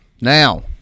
Now